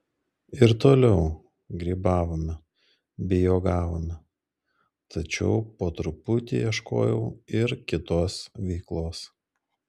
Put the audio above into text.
ir toliau grybavome bei uogavome tačiau po truputį ieškojau ir kitos veiklos